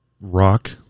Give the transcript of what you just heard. rock